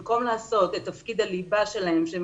במקום לעשות את תפקיד הליבה שלהם שהם